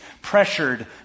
pressured